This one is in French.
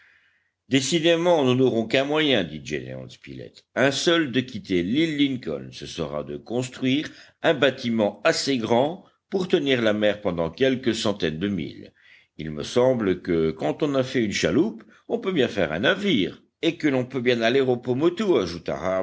décidément nous n'aurons qu'un moyen dit gédéon spilett un seul de quitter l'île lincoln ce sera de construire un bâtiment assez grand pour tenir la mer pendant quelques centaines de milles il me semble que quand on a fait une chaloupe on peut bien faire un navire et que l'on peut bien aller aux pomotou ajouta